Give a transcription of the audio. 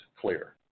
clear